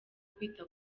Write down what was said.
kwita